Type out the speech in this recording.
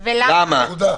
נקודה.